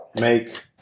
make